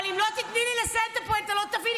אבל אם לא תיתני לי לסיים את הפואנטה לא תביני.